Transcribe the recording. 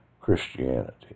Christianity